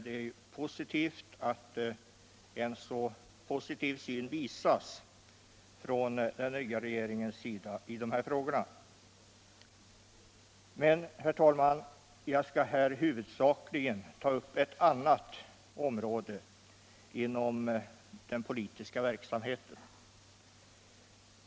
Det är bra att en så positiv syn visas från den nva regeringens sida i dessa frågor. Här skall jag dock huvudsakligen ta upp ett annat område inom den politiska verksamheten.